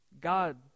God